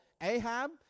Ahab